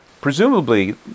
Presumably